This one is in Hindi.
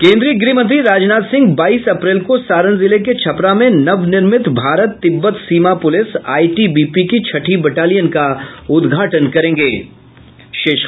कोन्द्रीय गृह मंत्री राजनाथ सिंह बाईस अप्रैल को सारण जिले के छपरा में नवनिर्मित भारत तिब्बत सीमा पुलिस आईटीबीपी की छठी बटालियन के मुख्यालय का उद्घाटन करेंगे